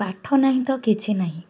ପାଠ ନାହିଁ ତ କିଛି ନାହିଁ